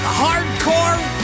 hardcore